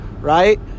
right